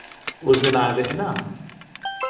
उस दिन आये दे हे ना